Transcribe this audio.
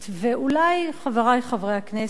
ואולי, חברי חברי הכנסת,